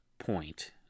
point